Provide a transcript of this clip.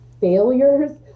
failures